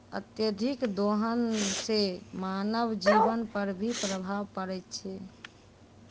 अत्यधिक दोहन सें मानव जीवन पर भी प्रभाव परै छै